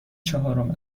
چهارم